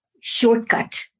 shortcut